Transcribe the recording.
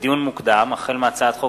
לדיון מוקדם: החל בהצעת חוק